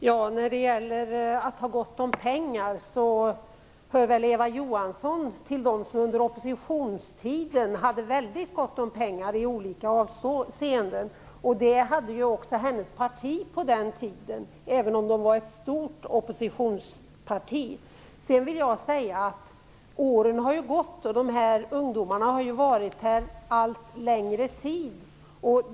Herr talman! Eva Johansson hör till dem som under oppositionstiden hade väldigt gott om pengar i olika avseenden. Det hade också hennes parti på den tiden, även om det var ett stort oppositionsparti. Åren har gått, och ungdomarna har varit här allt längre tid.